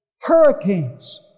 Hurricanes